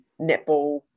netball